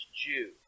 Jew